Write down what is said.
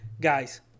guys